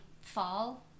fall